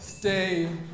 stay